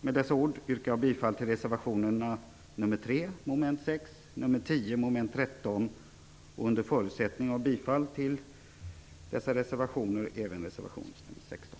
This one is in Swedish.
Med dessa ord yrkar jag bifall till reservation 3, under mom. 6, och reservation 10, under mom. 13. Under förutsättning av bifall till dessa reservationer yrkar jag bifall även till reservation 16.